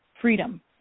freedom